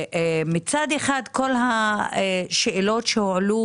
צריך לתת מענה לשאלות שעלו,